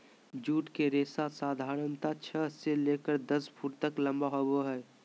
jute के रेशा साधारणतया छह से लेकर दस फुट तक लम्बा होबो हइ